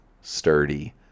sturdy